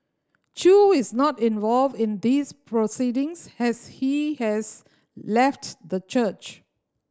Chew is not involved in these proceedings has he has left the church